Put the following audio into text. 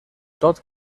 tot